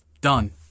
Done